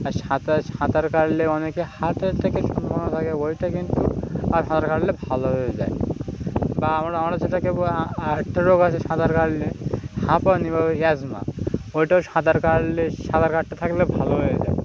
আর সাঁতার সাঁতার কাটলে অনেকে হাতেরটা কিছু মনে থাকে ওইটা কিন্তু আর সাঁতার কাটলে ভালো হয়ে যায় বা আমরা আমরা সেটাকে আরেকটা রোগ আছে সাঁতার কাটলে হাঁপানি বা অ্যাজমা ওইটাও সাঁতার কাটলে সাঁতার কাটতে থাকলে ভালো হয়ে যায়